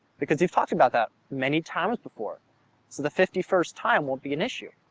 because you've talked about that many times before. so the fifty first time won't be an issue.